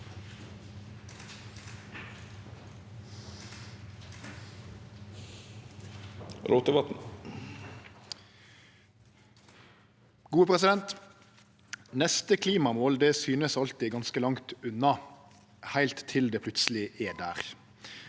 (V) Neste klimamål synest alltid ganske langt unna, heilt til det plutseleg er der.